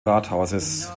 rathauses